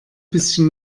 bisschen